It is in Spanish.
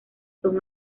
son